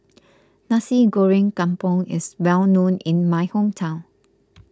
Nasi Goreng Kampung is well known in my hometown